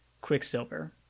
Quicksilver